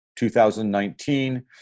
2019